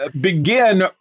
begin